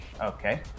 Okay